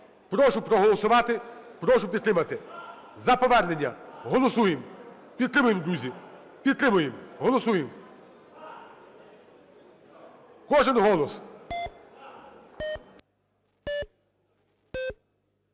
Прошу проголосувати, прошу підтримати за повернення. Голосуємо! Підтримуємо, друзі, підтримуємо. Голосуємо! Кожен голос.